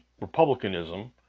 republicanism